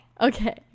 okay